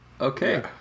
Okay